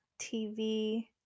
TV